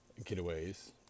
getaways